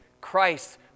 Christ